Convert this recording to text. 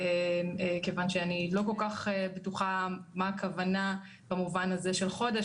מכיוון שאני לא כל כך בטוחה למה הכוונה במובן של חודש,